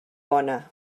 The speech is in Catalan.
bona